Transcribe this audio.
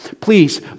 please